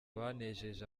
banejeje